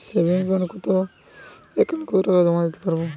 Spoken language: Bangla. সেভিংস একাউন্টে এক কালিন কতটাকা জমা দিতে পারব?